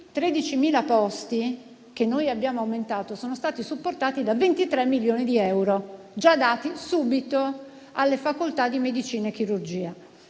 13.000 posti che noi abbiamo aumentato sono stati supportati da 23 milioni di euro, già dati subito alle facoltà di medicina e chirurgia.